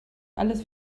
alles